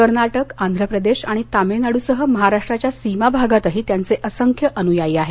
कर्नाटक आंध्र प्रदेश आणि तामिळनाडूसह महाराष्ट्राच्या सीमाभागातही त्यांचे असंख्य अनुयायी आहेत